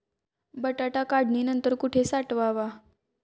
बटाटा काढणी नंतर कुठे साठवावा?